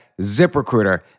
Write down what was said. ZipRecruiter